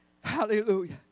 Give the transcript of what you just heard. Hallelujah